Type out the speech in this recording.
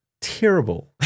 Terrible